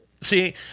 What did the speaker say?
See